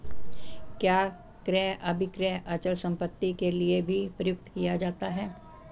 क्या क्रय अभिक्रय अचल संपत्ति के लिये भी प्रयुक्त किया जाता है?